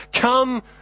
come